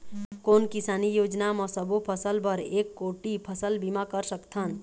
कोन किसानी योजना म सबों फ़सल बर एक कोठी फ़सल बीमा कर सकथन?